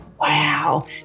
Wow